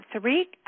three